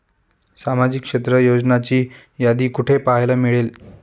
सामाजिक क्षेत्र योजनांची यादी कुठे पाहायला मिळेल?